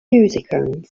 musicians